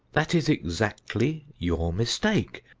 that is exactly your mistake,